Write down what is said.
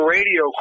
Radio